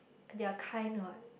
they are kind what